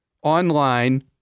online